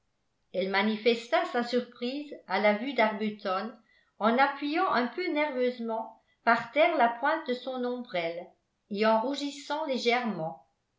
elle manifesta sa surprise à la vue d'arbuton en appuyant un peu nerveusement par terre la pointe de son ombrelle et en rougissant légèrement